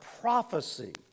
prophecy